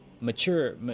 mature